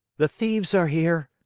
the thieves are here,